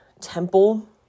temple